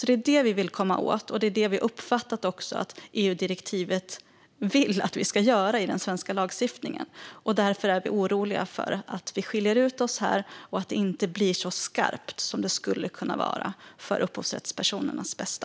Det är det som vi vill komma åt, och det är det som vi också har uppfattat att EU-direktivet vill att vi ska göra i den svenska lagstiftningen. Därför är vi oroliga för att vi skiljer ut oss här och att det inte blir så skarpt som det skulle kunna vara för upphovsrättspersonernas bästa.